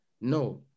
no